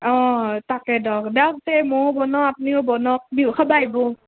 অঁ তাকে দক দক তে ময়ো বনাওঁ আপ্নিও বানাওক বিহু খাবা আইব